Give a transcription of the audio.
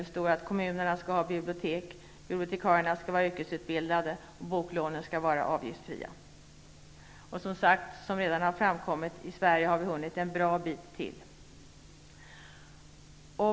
Det står att kommunerna skall ha bibliotek, bibliotekarierna skall vara yrkesutbildade och boklån skall vara avgiftsfria. Som redan har framkommit har vi i Sverige hunnit en bra bit till.